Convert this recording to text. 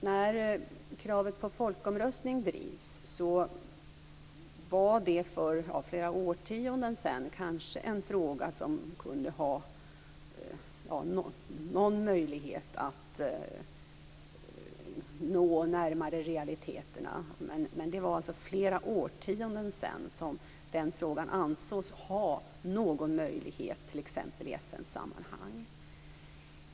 När kravet på folkomröstning drevs var detta för flera årtionden sedan en fråga som kunde ha någon möjlighet att realiseras, men det var alltså länge sedan som denna fråga ansågs ha någon möjlighet t.ex. i FN-sammanhang.